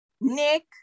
Nick